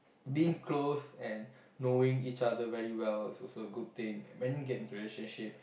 being close and knowing each other very well is also good thing when you get in a relationship